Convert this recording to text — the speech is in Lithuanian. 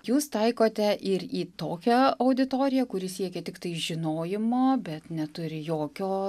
jūs taikote ir į tokią auditoriją kuri siekia tiktai žinojimo bet neturi jokio